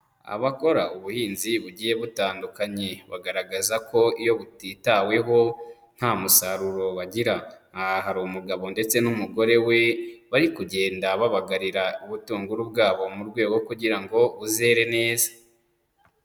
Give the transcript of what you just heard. Abakora ubuhinzi bugiye butandukanye bagaragaza ko iyo butitaweho nta musaruro bagira, aha hari umugabo ndetse n'umugore we bari kugenda babagarira ubutunguru bwabo mu rwego kugira ngo buzere neza.